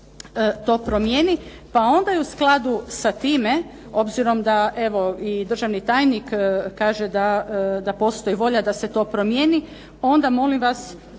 pa onda i u skladu sa time, obzirom da evo i državni tajnik kaže da postoji volja da se to promijeni, onda molim vas